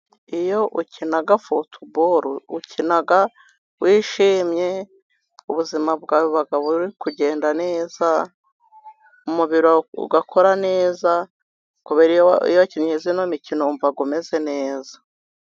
Iyo ukina futubolo, ukina wishimye, ubuzima bwawe buba buri kugenda neza, umubiri wawe ugakora neza, Kubera ko iyo wakinnye ino mikino, wumva umeze neza.